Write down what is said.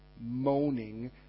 moaning